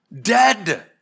Dead